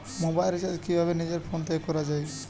Mobile recharge কিভাবে নিজের phone থেকে করা য়ায়?